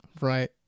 Right